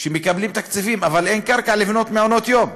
שמקבלים תקציבים אבל אין קרקע לבנות מעונות-יום,